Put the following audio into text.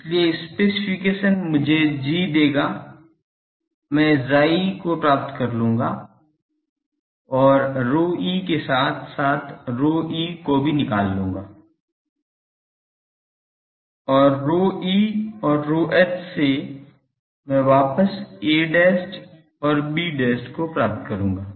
इसलिए स्पेसिफिकेशन मुझे G देगा मैं chi से chi को प्राप्त कर लूंगा और ρe के साथ साथ ρe से को निकाल लूंगा और ρe और ρh से मैं वापस a और b को प्राप्त करूँगा